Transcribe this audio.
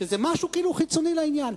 שזה כאילו משהו חיצוני לעניין.